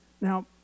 Now